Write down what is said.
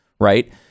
right